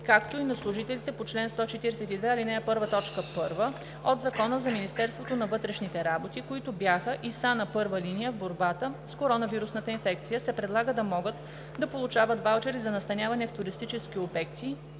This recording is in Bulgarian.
както и на служителите по чл. 142, ал. 1, т. 1 от Закона за Министерството на вътрешните работи, които бяха и са на първа линия в борбата с коронавирусната инфекция, се предлага да могат да получават ваучери за настаняване в туристически обекти